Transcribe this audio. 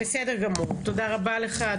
תודה רבה לך.